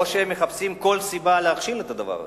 או שהם מחפשים כל סיבה להכשיל את הדבר הזה?